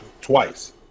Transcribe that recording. twice